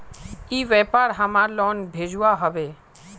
ई व्यापार हमार लोन भेजुआ हभे?